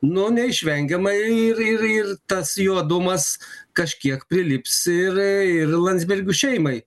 nu neišvengiamai ir ir ir tas juodumas kažkiek prilips ir ir landsbergių šeimai